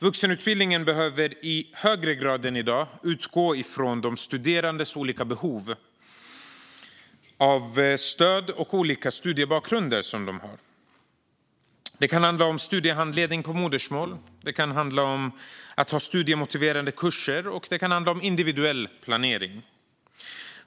Vuxenutbildningen behöver i högre grad än i dag utgå från de studerandes olika behov av stöd och deras olika studiebakgrunder. Det kan handla om studiehandledning på modersmål, studiemotiverande kurser och individuell planering.